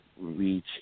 reach